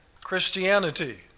Christianity